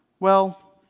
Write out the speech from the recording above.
well,